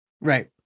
Right